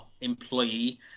employee